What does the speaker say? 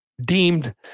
deemed